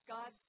God